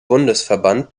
bundesverband